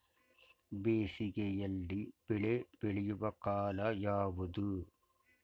ಬೇಸಿಗೆ ಯಲ್ಲಿ ಬೆಳೆ ಬೆಳೆಯುವ ಕಾಲ ಯಾವುದು?